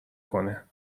کنه